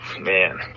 man